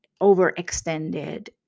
overextended